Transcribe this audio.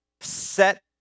set